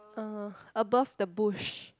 uh above the bush